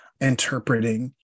interpreting